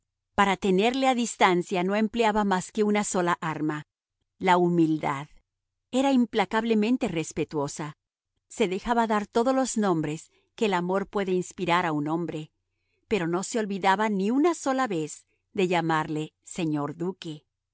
para tenerle a distancia no empleaba más que una sola arma la humildad era implacablemente respetuosa se dejaba dar todos los nombres que el amor puede inspirar a un hombre pero no se olvidaba ni una sola vez de llamarle señor duque